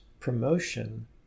promotion